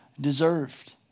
deserved